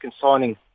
signing